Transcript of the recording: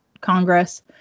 Congress